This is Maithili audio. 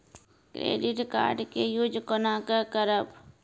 क्रेडिट कार्ड के यूज कोना के करबऽ?